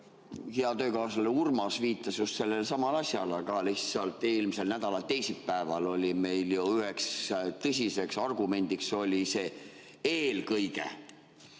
Hea töökaaslane Urmas viitas just sellelesamale asjale, aga lihtsalt eelmise nädala teisipäeval oli meil ju üks tõsine argument see "eelkõige".